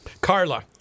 Carla